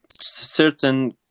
certain